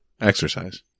exercise